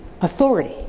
authority